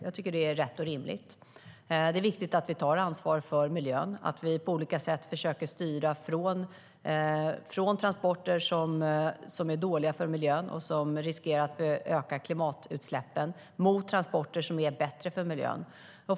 Jag tycker att det är rätt och rimligt. Det är viktigt att vi tar ansvar för miljön och att vi på olika sätt försöker styra från transporter som är dåliga för miljön och som riskerar att öka klimatutsläppen mot transporter som är bättre för miljön.